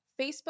Facebook